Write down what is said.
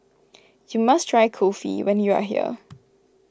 you must try Kulfi when you are here